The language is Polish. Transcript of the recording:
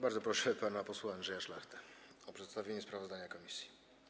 Bardzo proszę pana posła Andrzeja Szlachtę o przedstawienie sprawozdania komisji.